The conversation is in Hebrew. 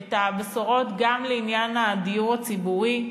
את הבשורות, גם לעניין הדיור הציבורי,